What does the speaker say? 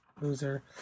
Loser